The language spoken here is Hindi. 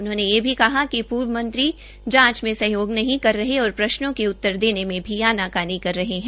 उन्होंने यह भी कहा कि पूर्व मंत्री जांच में सहयोग नहीं कर रहे और प्रश्नों के उतर देने में भी आना कानी कर रहे है